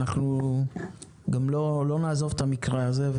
אנחנו לא נעזוב את המקרה הזה,